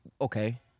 okay